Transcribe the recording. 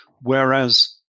whereas